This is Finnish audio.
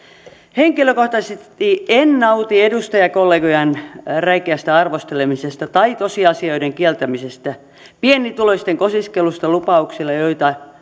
henkilökohtaisesti en nauti edustajakollegojen räikeästä arvostelemisesta tai tosiasioiden kieltämisestä pienituloisten kosiskelusta lupauksilla